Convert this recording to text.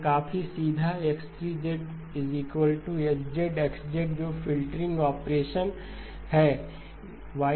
यह काफी सीधा X3 H X है जो फ़िल्टरिंग ऑपरेशन है